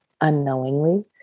unknowingly